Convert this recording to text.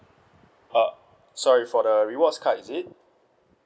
uh sorry for the rewards card is it